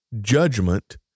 judgment